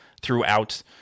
throughout